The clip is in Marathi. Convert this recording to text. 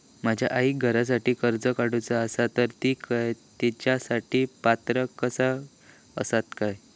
माझ्या आईक घरासाठी कर्ज काढूचा असा तर ती तेच्यासाठी पात्र असात काय?